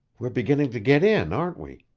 we're beginning to get in, aren't we?